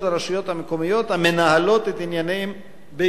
המקומיות המנהלות את ענייניהן ביעילות,